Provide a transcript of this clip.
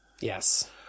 Yes